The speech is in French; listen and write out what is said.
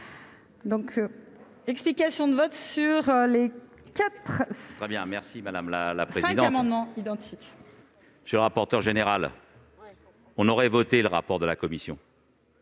pour explication de vote sur les amendements identiques